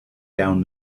down